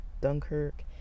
Dunkirk